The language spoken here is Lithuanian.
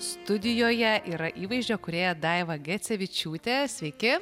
studijoje yra įvaizdžio kūrėja daiva gecevičiūtė sveiki